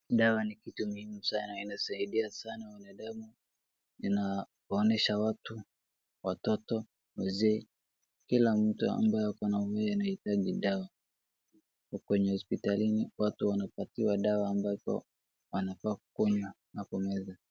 Dawa ni kitu muhimu sana . Inasaidia sana mwanadamu inaponesha watu, watoto, wazee kila mtu ambaye ako na maumivu anahitaji dawa. Huku ni hospitalini watu wanapatiwa dawa ambapo kunywa na kumeza.